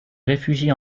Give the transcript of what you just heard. réfugie